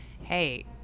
hey